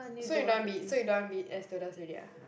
so you don't want be so you don't want be air stewardess already ah